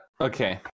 okay